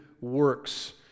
works